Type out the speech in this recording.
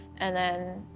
and then